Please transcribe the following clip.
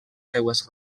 seves